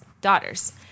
daughters